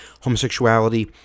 homosexuality